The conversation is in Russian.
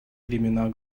времена